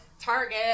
Target